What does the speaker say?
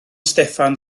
steffan